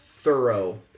thorough